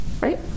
right